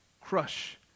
crush